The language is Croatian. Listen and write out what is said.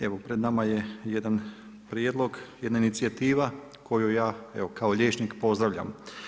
Evo pred nama je jedan prijedlog, jedna inicijativa koju ja evo kao liječnik pozdravljam.